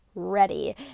ready